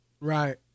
right